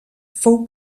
fou